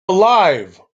alive